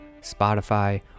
Spotify